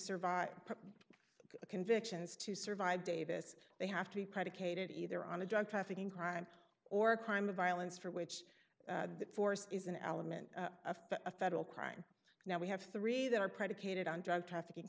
survive convictions to survive davis they have to be predicated either on a drug trafficking crime or a crime of violence for which force is an element of a federal crime now we have three that are predicated on drug trafficking